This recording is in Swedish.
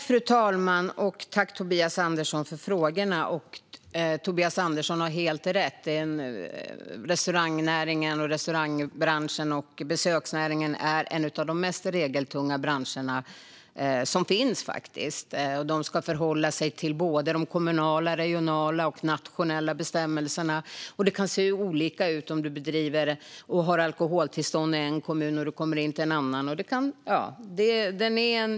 Fru talman! Tack, Tobias Andersson, för frågorna! Tobias Andersson har helt rätt. Restaurang och besöksnäringen är faktiskt en av de mest regeltunga branscher som finns. De ska förhålla sig till de kommunala, regionala och nationella bestämmelserna. Och det kan se olika ut när det gäller alkoholtillstånd i olika kommuner.